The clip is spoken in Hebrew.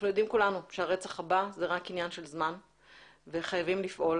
אנחנו יודעים כולנו שהרצח הבא זה רק עניין של זמן וחייבים לפעול